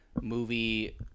movie